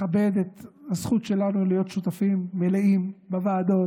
לכבד את הזכות שלנו להיות שותפים מלאים בוועדות